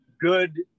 good